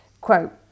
quote